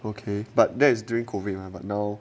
okay but that's during COVID mah but now